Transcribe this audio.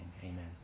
Amen